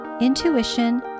intuition